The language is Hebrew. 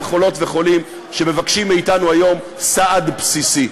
חולות וחולים שמבקשים מאתנו היום סעד בסיסי.